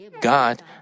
God